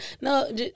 No